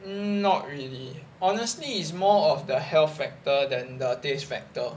not really honestly is more of the health factor than the taste factor